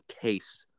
case